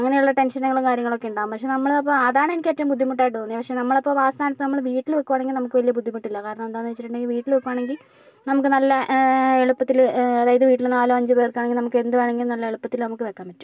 അങ്ങനെയുള്ള ടെൻഷനുകളും കാര്യങ്ങളൊക്കെ ഉണ്ടാകും പക്ഷേ നമ്മൾ അപ്പോൾ അതാണ് എനിക്ക് ഏറ്റവും ബുദ്ധിമുട്ടായിട്ട് തോന്നിയത് പക്ഷെ നമ്മളപ്പോ ആ സ്ഥാനത്ത് നമ്മൾ വീട്ടിൽ വെക്കുകയാണെങ്കിൽ നമുക്ക് വലിയ ബുദ്ധിമുട്ടില്ല കാരണമെന്താണെന്നു വെച്ചിട്ടുണ്ടെങ്കിൽ വീട്ടിൽ വെക്കുകയാണെങ്കിൽ നമുക്ക് നല്ല എളുപ്പത്തിൽ അതായത് വീട്ടിൽ നാലോ അഞ്ചോ പേർക്കാണെങ്കിൽ നമുക്ക് എന്ത് വേണമെങ്കിലും നല്ല എളുപ്പത്തിൽ നമുക്ക് വെക്കാൻ പറ്റും